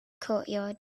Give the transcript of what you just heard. courtyard